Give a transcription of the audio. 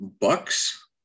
Bucks